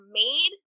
made